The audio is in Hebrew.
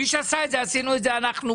אנחנו עשינו את זה פה,